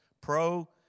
pro